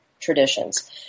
traditions